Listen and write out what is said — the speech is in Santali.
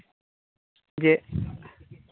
ᱡᱮ